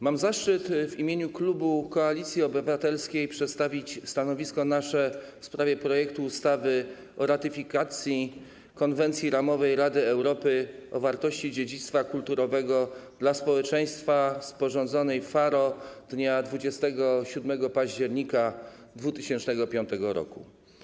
Mam zaszczyt w imieniu klubu Koalicji Obywatelskiej przedstawić nasze stanowisko w sprawie projektu ustawy o ratyfikacji Konwencji ramowej Rady Europy o wartości dziedzictwa kulturowego dla społeczeństwa, sporządzonej w Faro dnia 27 października 2005 r.